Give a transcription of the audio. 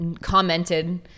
commented